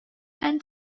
and